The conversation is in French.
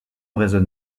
raisonne